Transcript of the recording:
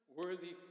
worthy